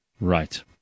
Right